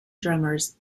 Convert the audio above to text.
drummers